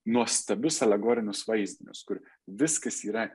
nuostabius alegorinius vaizdinius kur viskas yra